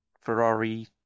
Ferrari